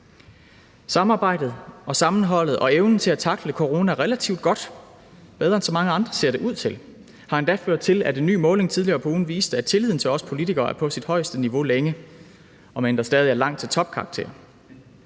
Samarbejdet og sammenholdet og evnen til at tackle coronaen relativt godt – bedre end så mange andre ser det ud til – har endda ført til, at en ny måling tidligere på ugen viste, at tilliden til os politikere er på sit højeste niveau længe, om end der stadig er langt til topkarakter.